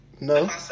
no